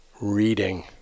reading